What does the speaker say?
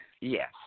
Yes